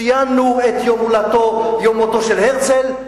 ציינו את יום הולדתו ויום מותו של הרצל,